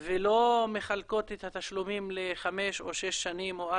ולא מחלקות את התשלומים לחמש או שש שנים,